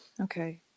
okay